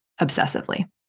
obsessively